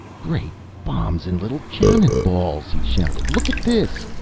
great bombs and little cannon-balls! he shouted. look at this!